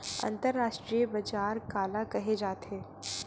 अंतरराष्ट्रीय बजार काला कहे जाथे?